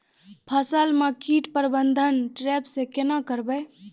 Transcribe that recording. फसल म कीट प्रबंधन ट्रेप से केना करबै?